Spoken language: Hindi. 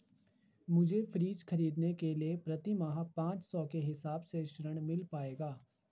मुझे फ्रीज खरीदने के लिए प्रति माह पाँच सौ के हिसाब से ऋण मिल पाएगा?